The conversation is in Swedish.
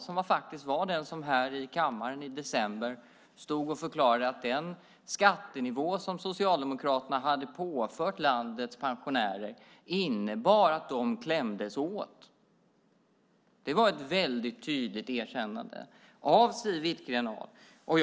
Hon stod faktiskt här i kammaren i december och förklarade att den skattenivå som Socialdemokraterna hade påfört landets pensionärer innebar att de klämdes åt. Det var ett väldigt tydligt erkännande av Siw Wittgren-Ahl.